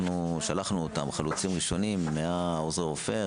אנחנו שלחנו אותם חלוצים ראשונים מעוזרי רופא,